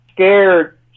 scared